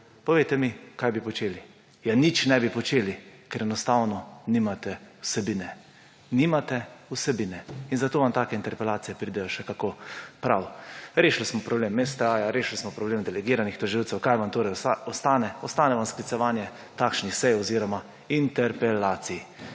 Povejte mi, kaj bi počeli. Ja, nič ne bi počeli, ker enostavno nimate vsebine. Nimate vsebine in zato vam take interpelacije pridejo še kako prav. Rešili smo problem STA, rešili smo problem delegiranih tožilcev. Kaj vam torej ostane? Ostane vam sklicevanje takšnih sej oziroma interpelacij.